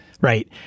Right